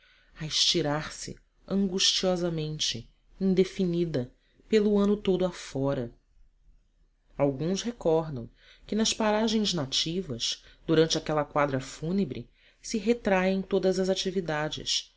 a estirar-se angustiosamente indefinida pelo ano todo afora alguns recordam que nas paragens nativas durante aquela quadra fúnebre se retraem todas as atividades